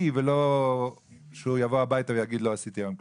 ולא שהוא יבוא הביתה ויביד שהוא לא עשה כלום.